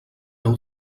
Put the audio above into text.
heu